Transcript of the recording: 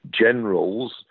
generals